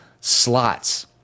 slots